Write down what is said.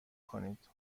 کنید